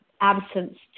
absence